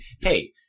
hey